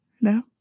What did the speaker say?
No